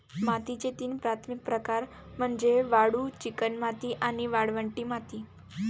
मातीचे तीन प्राथमिक प्रकार म्हणजे वाळू, चिकणमाती आणि वाळवंटी माती